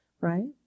right